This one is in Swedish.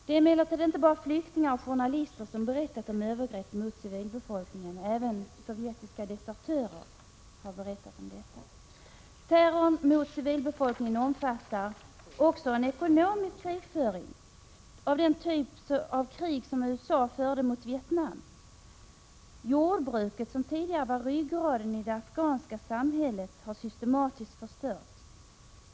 Det är emellertid inte bara flyktingar och journalister som har berättat om övergrepp mot civilbefolkningen, utan även sovjetiska desertörer har berättat om detta. Terrorn mot civilbefolkningen omfattar också en ekonomisk krigföring, en typ av krig som USA förde mot Vietnam. Jordbruket, som tidigare var ryggraden i det afghanska samhället, har systematiskt förstörts.